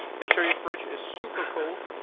make sure your fridge is super cold,